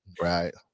Right